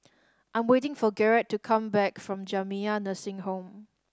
I'm waiting for Garett to come back from Jamiyah Nursing Home